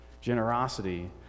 Generosity